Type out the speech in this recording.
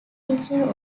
feature